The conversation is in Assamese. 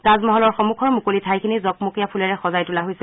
তাজমহলৰ সন্মুখৰ মুকলি ঠাইখিনি জকমকীয়া ফুলেৰে সজাই তোলা হৈছে